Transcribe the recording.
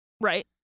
Right